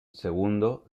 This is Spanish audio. segundo